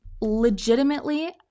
legitimately